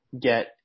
get